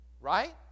Right